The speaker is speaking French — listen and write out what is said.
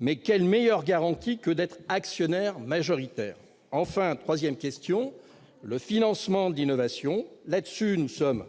Mais quelle meilleure garantie que d'être actionnaire majoritaire ? Enfin, la troisième interrogation est relative au financement de l'innovation. À cet égard, nous sommes